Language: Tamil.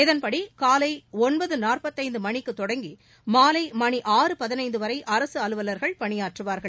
இதன்படி காலை ஒன்பது நாற்பத்தைந்து மணிக்கு தொடங்கி மாலை மணி ஆறு பதினைத்து வரை அரசு அலுவலர்கள் பணியாற்றுவார்கள்